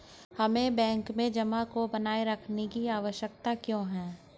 हमें बैंक में जमा को बनाए रखने की आवश्यकता क्यों है?